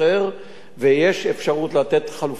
ויש אפשרות לתת חלופת מעצר,